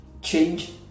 Change